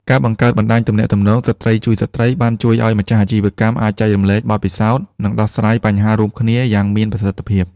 ការបង្កើតបណ្តាញទំនាក់ទំនង "ស្ត្រីជួយស្ត្រី" បានជួយឱ្យម្ចាស់អាជីវកម្មអាចចែករំលែកបទពិសោធន៍ និងដោះស្រាយបញ្ហារួមគ្នាយ៉ាងមានប្រសិទ្ធភាព។